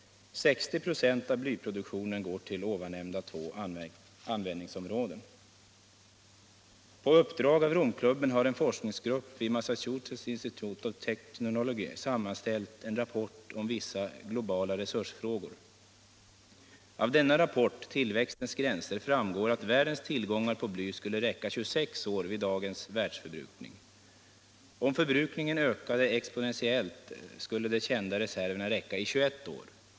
Ca 60 96 av blyproduktionen går till dessa två användningsområden. På uppdrag av Romklubben har en forskningsgrupp vid Massachusetts Institute of Technology sammanställt en rapport om vissa globala resursfrågor. Av denna rapport, Tillväxtens gränser, framgår att världens tillgångar på bly skulle räcka 26 år vid dagens världsförbrukning. Om förbrukningen ökade exponentiellt skulle de kända reserverna räcka i 21 år.